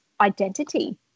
identity